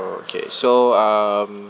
okay so um